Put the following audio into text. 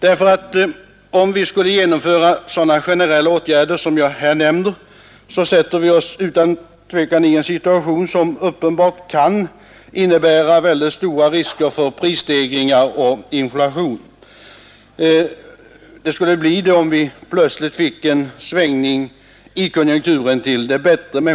Om vi nämligen skulle vidta sådana generella åtgärder som jag här nämner sätter vi oss utan tvekan i en situation som kan medföra mycket stora risker för prisstegringar och inflation om vi plötsligt får en svängning i konjunkturen till det bättre.